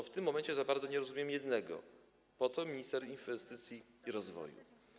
W tym momencie jednak za bardzo nie rozumiem jednego: Po co minister inwestycji i rozwoju?